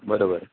बरोबर